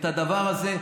את הדבר הזה,